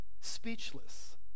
speechless